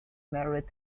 has